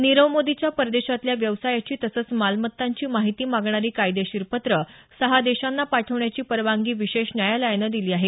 नीरव मोदीच्या परदेशातल्या व्यवसायाची तसंच मालमत्तांची माहिती मागणारी कायदेशीर पत्र सहा देशांना पाठवण्याची परवानगी विशेष न्यायालयानं दिली आहे